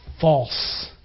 false